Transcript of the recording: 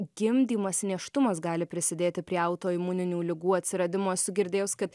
gimdymas nėštumas gali prisidėti prie autoimuninių ligų atsiradimo esu girdėjus kad